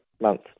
month